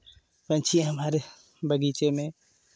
पक्षी हमारे बगीचे में